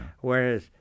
Whereas